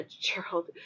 Gerald